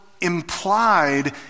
implied